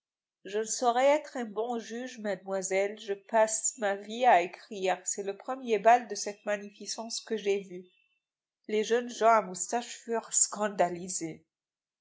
je ne saurais être un bon juge mademoiselle je passe ma vie à écrire c'est le premier bal de cette magnificence que j'aie vu les jeunes gens à moustaches furent scandalisés